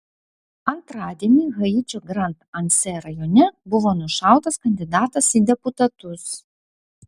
antradienį haičio grand anse rajone buvo nušautas kandidatas į deputatus